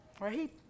right